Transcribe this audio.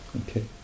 Okay